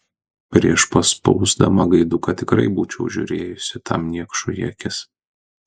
prieš paspausdama gaiduką tikrai būčiau žiūrėjusi tam niekšui į akis